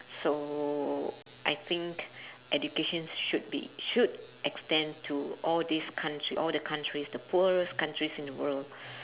so I think education should be should extend to all these countr~ all the countries the poorest countries in the world